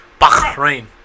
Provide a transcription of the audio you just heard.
Bahrain